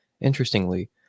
Interestingly